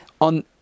On